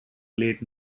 late